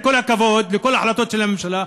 עם כל הכבוד לכל ההחלטות של הממשלה,